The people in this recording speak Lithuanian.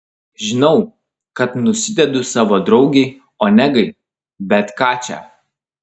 žinau kad nusidedu savo draugei onegai bet ką čia